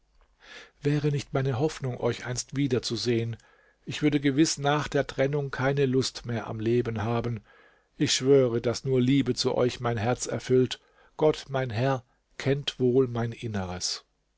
wäre nicht meine hoffnung euch einst wiederzusehen ich würde gewiß nach der trennung keine lust mehr am leben haben ich schwöre daß nur liebe zu euch mein herz erfüllt gott mein herr kennt wohl mein inneres